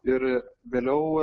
ir vėliau